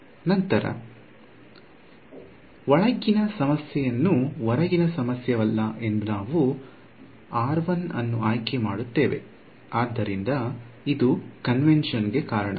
ಏಕೆಂದರೆ ಒಳಗಿನ ಸಾಮಾನ್ಯವನ್ನು ಹೊರಗಿನ ಸಾಮಾನ್ಯವಲ್ಲ ಎಂದು ನಾವು ಅನ್ನು ಆಯ್ಕೆ ಮಾಡುತ್ತೇವೆ ಆದ್ದರಿಂದ ಇದು ಕನ್ವೆನ್ಷನ್ ಗೆ ಕಾರಣ